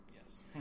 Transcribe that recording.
Yes